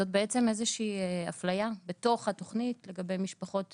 זאת איזושהי הפליה בתוך התוכנית לגבי משפחות